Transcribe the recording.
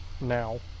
now